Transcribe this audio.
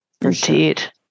Indeed